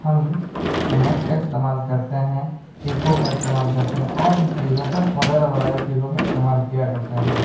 ہم میک کا استعمال کرتے ہیں ایکو کا استعمال کرتے ہیں اور بھی چیزوں کا وغیرہ وغیرہ چیزوں کا استعمال کیا کرتے ہیں